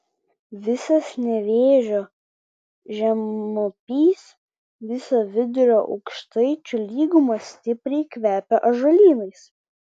visas nevėžio žemupys visa vidurio aukštaičių lyguma stipriai kvepia ąžuolynais